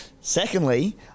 secondly